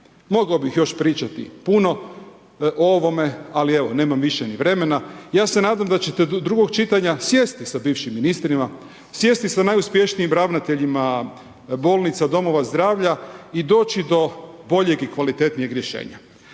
Mogao bih još pričati puno o ovome, ali evo, nemam više ni vremena. Ja se nadam da ćete do drugog čitanja sjesti sa bivšim ministrima, sjesti sa najuspješnijim ravnateljima bolnica, domova zdravlja i doći do boljeg i kvalitetnijeg rješenja.